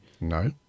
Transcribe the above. No